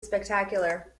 spectacular